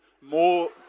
more